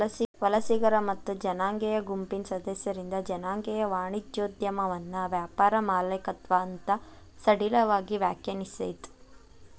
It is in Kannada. ವಲಸಿಗರ ಮತ್ತ ಜನಾಂಗೇಯ ಗುಂಪಿನ್ ಸದಸ್ಯರಿಂದ್ ಜನಾಂಗೇಯ ವಾಣಿಜ್ಯೋದ್ಯಮವನ್ನ ವ್ಯಾಪಾರ ಮಾಲೇಕತ್ವ ಅಂತ್ ಸಡಿಲವಾಗಿ ವ್ಯಾಖ್ಯಾನಿಸೇದ್